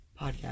podcast